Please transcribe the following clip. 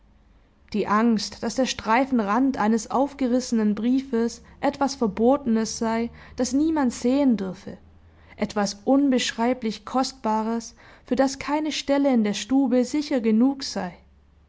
die angst daß der streifen rand eines aufgerissenen briefes etwas verbotenes sei das niemand sehen dürfe etwas unbeschreiblich kostbares für das keine stelle in der stube sicher genug sei